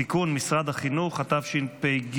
(תיקון, קצבה ליתום משני הוריו), התשפ"ד